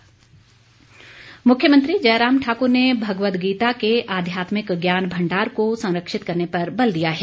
मुख्यमंत्री मुख्यमंत्री जयराम ठाकुर ने भगवद गीता के आध्यात्मिक ज्ञान भंडार को संरक्षित करने पर बल दिया है